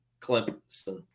Clemson